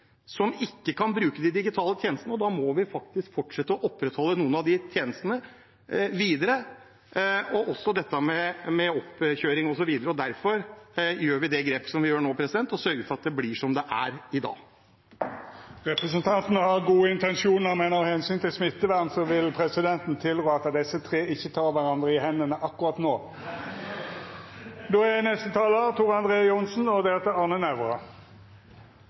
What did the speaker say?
som ikke kan bruke de digitale tjenestene, og da må vi faktisk fortsette å opprettholde noen av de tjenestene videre, også oppkjøring osv. Derfor tar vi det grepet vi tar nå, og sørger for at det blir som det er i dag. Representanten har gode intensjonar, men med omsyn til smittevernet vil presidenten tilrå at desse tre ikkje tek kvarandre i hendene akkurat no. Jeg må si at jeg forstår rett og